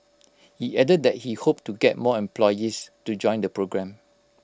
he added that he hoped to get more employees to join the programme